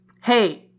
Hey